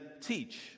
teach